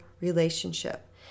relationship